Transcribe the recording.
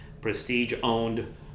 Prestige-owned